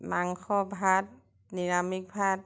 মাংস ভাত নিৰামিষ ভাত